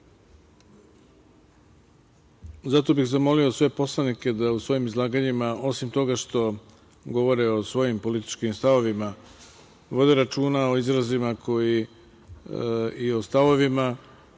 Zato bih zamolio sve poslanike da u svojim izlaganjima, osim toga što govore o svojim političkim stavovima, vode računa o izrazima i stavovima